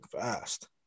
fast